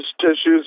tissues